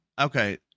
Okay